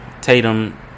Tatum